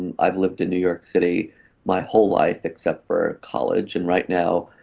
and i've lived in new york city my whole life except for college and right now,